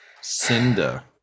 Cinda